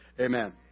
amen